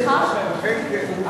אכן כן.